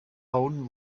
own